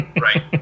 right